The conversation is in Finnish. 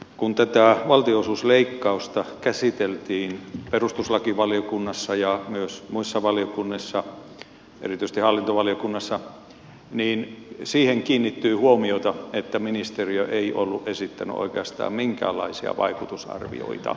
kun tätä valtionosuusleikkausta käsiteltiin perustuslakivaliokunnassa ja myös muissa valiokunnissa erityisesti hallintovaliokunnassa niin siihen kiinnittyi huomiota että ministeriö ei ollut esittänyt oikeastaan minkäänlaisia vaikutusarvioita